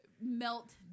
Melt